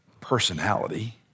personality